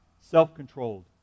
self-controlled